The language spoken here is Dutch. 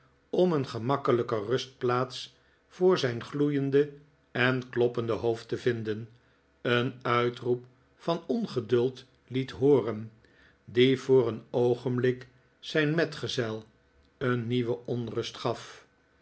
om een gemakkelijker rustplaats voor zijn gloeiende en kloppende hoofd te vinden een uitroep van ongeduld liet hooren die voor een oogenblik zijn metgezel'een nieuwe onrust gaf